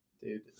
dude